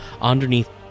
underneath